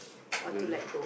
don't know